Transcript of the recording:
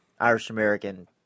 Irish-American